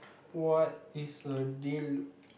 what is a deal